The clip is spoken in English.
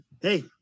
Hey